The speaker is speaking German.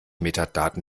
metadaten